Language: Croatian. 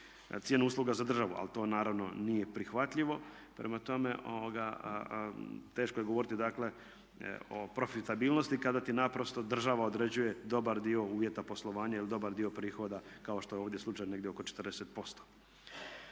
cijenu usluga za državu, ali to naravno nije prihvatljivo. Prema tome, teško je govoriti dakle o profitabilnosti kada ti naprosto država određuje dobar dio uvjeta poslovanja ili dobar dio prihoda kao što je ovdje slučaj negdje oko 40%.